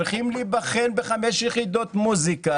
צריכים להיבחן ב-5 יחידות מוזיקה,